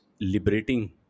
liberating